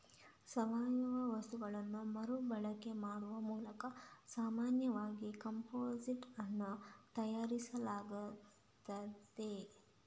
ಸಾವಯವ ವಸ್ತುಗಳನ್ನ ಮರು ಬಳಕೆ ಮಾಡುವ ಮೂಲಕ ಸಾಮಾನ್ಯವಾಗಿ ಕಾಂಪೋಸ್ಟ್ ಅನ್ನು ತಯಾರಿಸಲಾಗ್ತದೆ